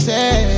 Say